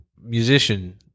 musician